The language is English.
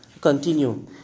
Continue